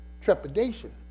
Trepidation